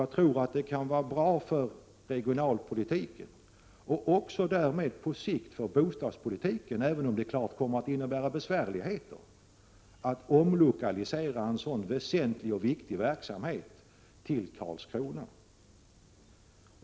Jag tror att det kan vara bra för regionalpolitiken och därmed också på sikt för bostadspolitiken, även om det självfallet kommer att innebära besvärligheter att omlokalisera en så väsentlig verksamhet till Karlskrona.